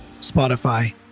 Spotify